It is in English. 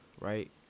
right